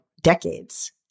decades